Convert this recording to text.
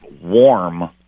warm